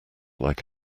like